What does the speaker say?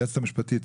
היועצת המשפטית,